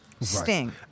Sting